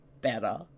better